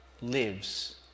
lives